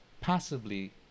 passively